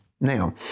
Now